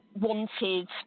wanted